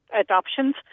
adoptions